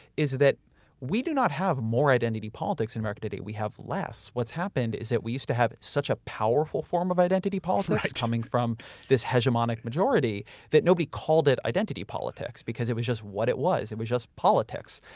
is that we do not have more identity politics in america today. we have less. what's happened is that we used to have such a powerful form of identity politics coming from this hegemonic majority that nobody called it identity politics because it was just what it was. it was just politics.